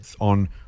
on